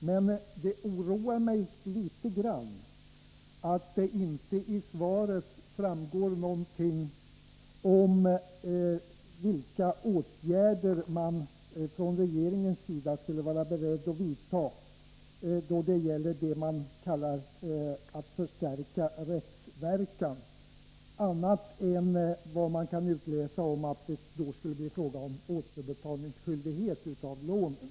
Men det oroar mig litet att det inte av svaret framgår vilka åtgärder som regeringen är beredd att vidta för att förstärka rättsverkan. Det enda man kan utläsa är att det skulle bli fråga om återbetalningsskyldighet av lånen.